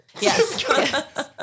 Yes